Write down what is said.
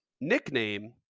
nickname